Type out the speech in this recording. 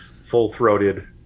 full-throated